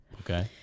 Okay